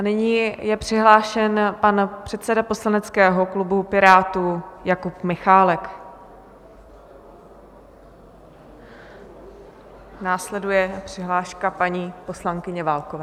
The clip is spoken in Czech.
Nyní je přihlášen pan předseda poslaneckého klubu Pirátů Jakub Michálek, následuje přihláška paní poslankyně Válkové.